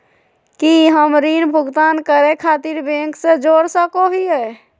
की हम ऋण भुगतान करे खातिर बैंक से जोड़ सको हियै?